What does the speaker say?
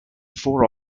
four